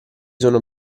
sono